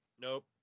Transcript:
Nope